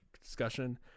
discussion